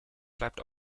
bleibt